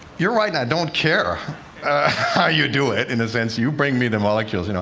you're right, and i don't care how you do it, in a sense you bring me the molecules, you know.